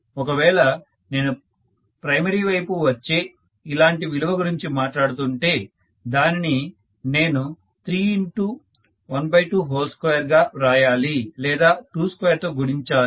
ఒకవేళ నేను ప్రైమరీ వైపు వచ్చే ఇలాంటి విలువ గురించి మాట్లాడుతుంటే దానిని నేను 3122 గా వ్రాయాలి లేదా 22తో గుణించాలి